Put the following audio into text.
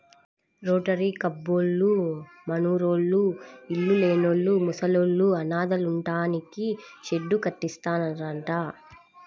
rotary కబ్బోళ్ళు మనూర్లోని ఇళ్ళు లేనోళ్ళు, ముసలోళ్ళు, అనాథలుంటానికి షెడ్డు కట్టిత్తన్నారంట